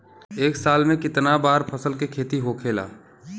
एक साल में कितना बार फसल के खेती होखेला?